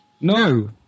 No